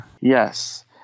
Yes